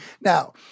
Now